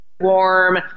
warm